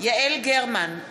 יעל גרמן,